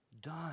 done